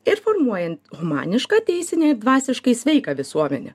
ir formuojant humanišką teisinę dvasiškai sveiką visuomenę